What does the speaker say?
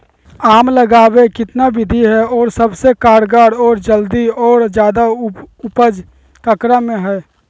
आम लगावे कितना विधि है, और सबसे कारगर और जल्दी और ज्यादा उपज ककरा में है?